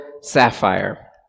Sapphire